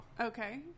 Okay